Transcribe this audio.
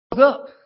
up